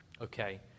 Okay